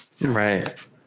Right